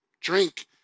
drink